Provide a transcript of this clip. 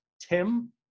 Tim